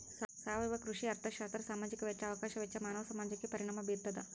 ಸಾವಯವ ಕೃಷಿ ಅರ್ಥಶಾಸ್ತ್ರ ಸಾಮಾಜಿಕ ವೆಚ್ಚ ಅವಕಾಶ ವೆಚ್ಚ ಮಾನವ ಸಮಾಜಕ್ಕೆ ಪರಿಣಾಮ ಬೀರ್ತಾದ